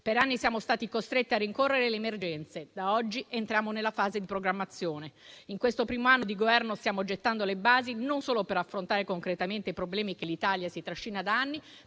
Per anni siamo stati costretti a rincorrere le emergenze; da oggi entriamo nella fase di programmazione. In questo primo anno di Governo stiamo gettando le basi non solo per affrontare concretamente i problemi che l'Italia si trascina da anni,